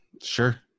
sure